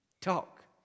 Talk